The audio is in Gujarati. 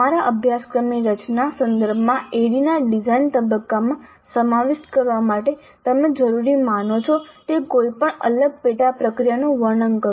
તમારા અભ્યાસક્રમની રચનાના સંદર્ભમાં ADDIE ના ડિઝાઇન તબક્કામાં સમાવિષ્ટ કરવા માટે તમે જરૂરી માનો છો તે કોઈપણ અલગ પેટા પ્રક્રિયાઓનું વર્ણન કરો